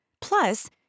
Plus